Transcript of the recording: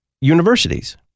universities